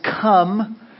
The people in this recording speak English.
come